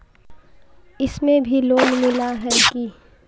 इसमें भी लोन मिला है की